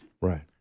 Right